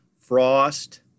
Frost